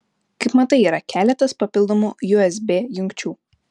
kaip matai yra keletas papildomų usb jungčių